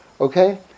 Okay